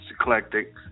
eclectic